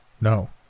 No